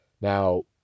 Now